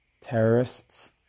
terrorists